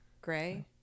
Gray